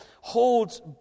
holds